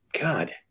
God